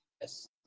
Yes